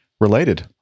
related